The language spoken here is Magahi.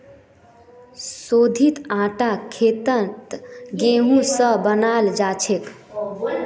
शोधित आटा खेतत गेहूं स बनाल जाछेक